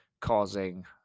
causing